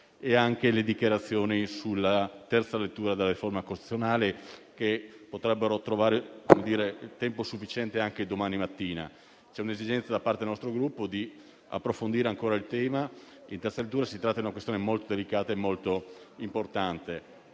e anche delle dichiarazioni sulla terza lettura della riforma costituzionale, che potrebbero trovare tempo sufficiente anche domani mattina. C'è un'esigenza, da parte del nostro Gruppo, di approfondire ancora il tema in terza lettura. Si tratta di una questione molto delicata e importante.